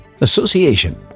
Association